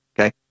okay